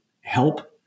help